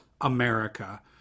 America